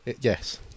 Yes